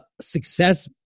success